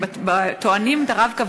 כשטוענים את ה"רב-קו",